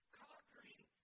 conquering